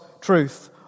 truth